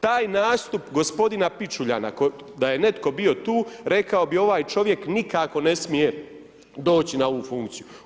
Taj nastup g. Pičuljana, da je netko bio tu, rekao bi ovaj čovjek nikako ne smije doći na ovu funkciju.